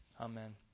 amen